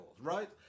Right